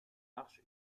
arche